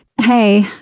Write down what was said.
Hey